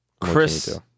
chris